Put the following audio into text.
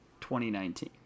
2019